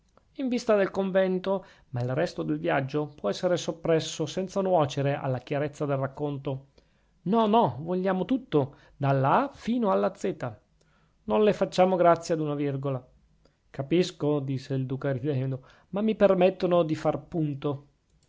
in vista del convento ma il resto del viaggio può esser soppresso senza nuocere alla chiarezza del racconto no no vogliamo tutto dall'a fino alla zeta non le facciamo grazia d'una virgola capisco disse il duca ridendo non mi permettono di far punto